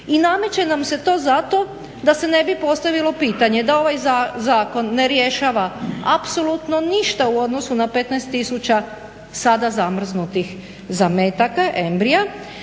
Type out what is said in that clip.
i nameće nam se to zato da se ne bi postavilo pitanje da ovaj zakon ne rješava apsolutno ništa u odnosu na 15000 sada zamrznutih zametaka, embrija,